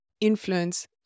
influence